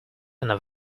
advise